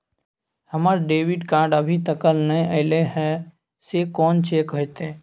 हमर debit card अभी तकल नय अयले हैं, से कोन चेक होतै?